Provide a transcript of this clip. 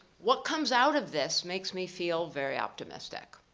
what comes out of this makes me feel very optimistic.